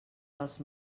dels